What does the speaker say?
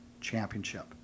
Championship